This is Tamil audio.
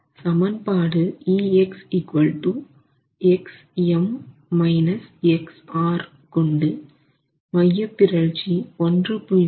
சமன்பாடு ex xM xR கொண்டு மையப்பிறழ்ச்சி 1